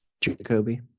Jacoby